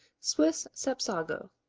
swiss sapsago.